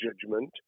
judgment